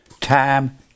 time